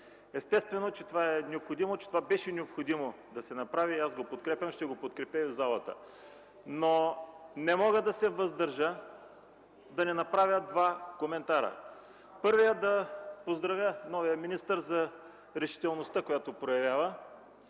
Естествено, че това беше необходимо да се направи. Аз го подкрепям. Ще го подкрепя и в залата. Не мога обаче да се въздържа да не направя два коментара. Първият е да поздравя новия министър за решителността, която проявява,